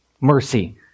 mercy